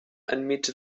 enmig